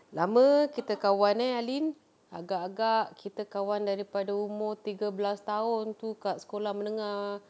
lama kita kawan eh alin agak-agak kita kawan daripada umur tiga belas tahun tu kat sekolah menengah